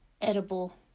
edible